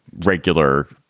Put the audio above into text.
regular,